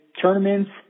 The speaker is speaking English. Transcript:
tournaments